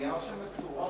בנייר שמצורף